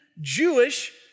Jewish